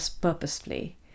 purposefully